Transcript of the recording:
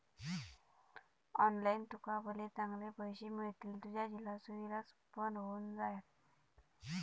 online तुका भले चांगले पैशे मिळतील, तुझ्या झिलाचो इलाज पण होऊन जायत